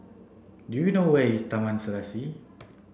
do you know where is Taman Serasi